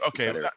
okay